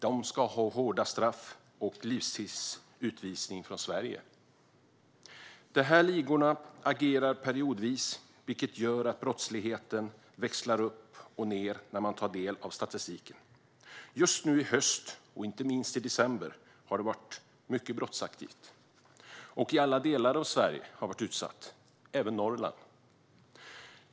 De ska ha hårda straff och livstids utvisning från Sverige, om ni frågar mig. De här ligorna agerar periodvis, vilket gör att brottsligheten växlar upp och ned när man tar del av statistiken. Just nu i höst, och inte minst i december, har det varit mycket brottsaktivt. Alla delar av Sverige har varit utsatta, även Norrland.